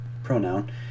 pronoun